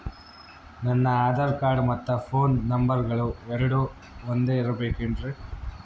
ನನ್ನ ಆಧಾರ್ ಕಾರ್ಡ್ ಮತ್ತ ಪೋನ್ ನಂಬರಗಳು ಎರಡು ಒಂದೆ ಇರಬೇಕಿನ್ರಿ?